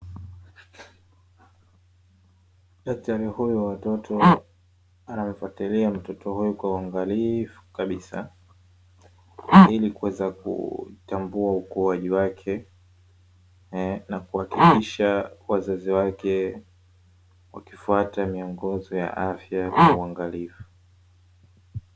Daktari huyu wa watoto anamfuatilia mtoto huyu kwa uangalifu kabisa ili kuweza kutambua ukuwaji wake na kuhakikisha wazazi wake wakifuata miongozo ya afya kwa uangalifu.